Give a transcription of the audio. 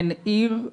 אין עיר,